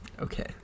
Okay